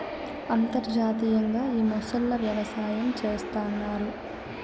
అంతర్జాతీయంగా ఈ మొసళ్ళ వ్యవసాయం చేస్తన్నారు